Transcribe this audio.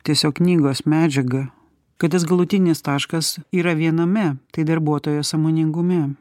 tiesiog knygos medžiaga kad jis galutinis taškas yra viename tai darbuotojo sąmoningume